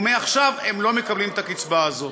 ומעכשיו הם לא מקבלים את הקצבה הזאת.